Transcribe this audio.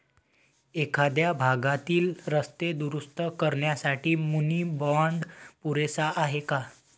एखाद्या भागातील रस्ते दुरुस्त करण्यासाठी मुनी बाँड पुरेसा आहे का?